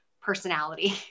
personality